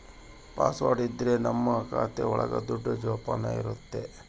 password ಇದ್ರೆ ನಮ್ ಖಾತೆ ಒಳಗ ದುಡ್ಡು ಜೋಪಾನ ಇರುತ್ತೆ